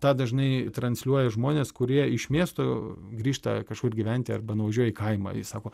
tą dažnai transliuoja žmones kurie iš miesto grįžta kažkur gyventi arba nuvažiuoja į kaimą ir sako